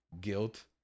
Guilt